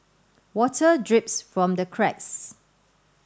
water drips from the cracks